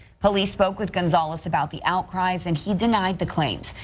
police spoke with gonzales about the outcries and he denied the claims,